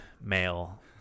male